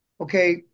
okay